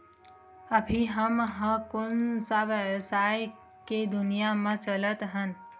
अभी हम ह कोन सा व्यवसाय के दुनिया म चलत हन?